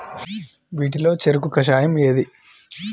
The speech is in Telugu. వీటిలో చెరకు కషాయం ఏది?